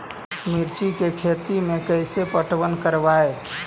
मिर्ची के खेति में कैसे पटवन करवय?